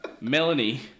Melanie